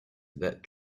that